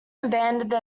abandoned